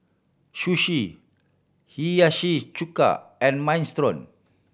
Sushi Hiyashi Chuka and Minestrone